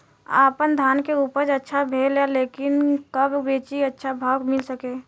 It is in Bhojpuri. आपनधान के उपज अच्छा भेल बा लेकिन कब बेची कि अच्छा भाव मिल सके?